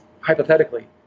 hypothetically